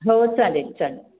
हो चालेल चालेल